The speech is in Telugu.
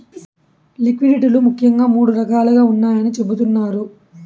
లిక్విడిటీ లు ముఖ్యంగా మూడు రకాలుగా ఉన్నాయని చెబుతున్నారు